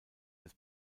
des